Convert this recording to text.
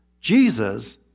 Jesus